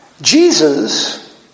Jesus